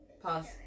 pause